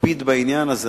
תקפיד בעניין הזה.